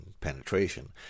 penetration